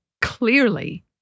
clearly